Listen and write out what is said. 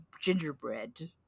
gingerbread